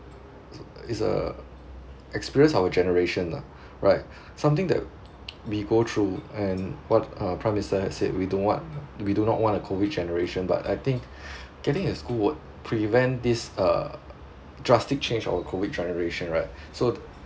is a experience of our generation lah right something that we go through and what uh prime minister had said we don't want we do not want a COVID generation but I think getting a school would prevent is uh drastic change of our COVID generation right so